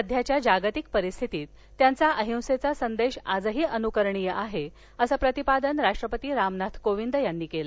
सध्याच्या जागतिक परिस्थितीत त्यांचा अहिंसेचा संदेश आजही अनुकरणीय आहे असं प्रतिपादन राष्ट्रपती राम नाथ कोविन्द यांनी केलं